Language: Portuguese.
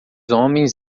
homens